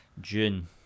june